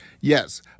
Yes